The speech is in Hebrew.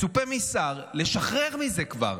מצופה משר לשחרר מזה כבר.